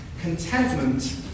contentment